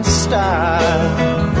style